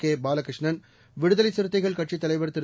கேபாலகிருஷ்ணன் விடுதலை சிறுத்தைகள் கட்சித் தலைவர் திரு